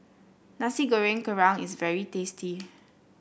Nasi Goreng Kerang is very tasty